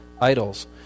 idols